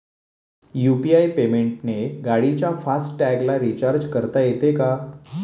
UPI पेमेंटने गाडीच्या fast टॅगला रिर्चाज करता येते का?